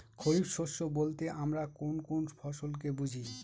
খরিফ শস্য বলতে আমরা কোন কোন ফসল কে বুঝি?